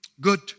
good